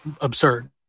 absurd